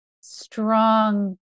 strong